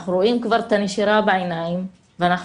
אנחנו רואים כבר את הנשירה בעיניים ואנחנו